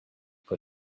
put